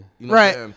Right